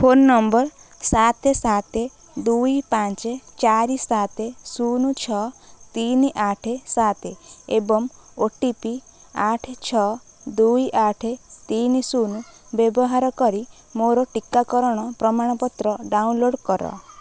phone number ସାତ ସାତ ଦୁଇ ପାଞ୍ଚ ଚାରି ସାତ ଶୂନ ଛଅ ତିନି ଆଠ ସାତ ଏବଂ ଓ ଟି ପି ଆଠ ଛଅ ଦୁଇ ଆଠ ତିନି ଶୂନ ବ୍ୟବହାର କରି ମୋର ଟିକାକରଣ ପ୍ରମାଣପତ୍ର ଡାଉନଲୋଡ଼୍ କର